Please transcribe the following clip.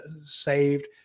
saved